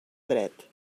dret